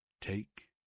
take